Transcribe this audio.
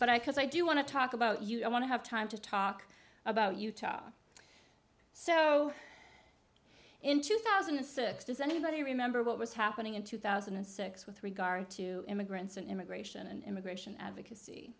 but i cause i do want to talk about you i want to have time to talk about utah so in two thousand and six does anybody remember what was happening in two thousand and six with regard to immigrants and immigration and immigration advocacy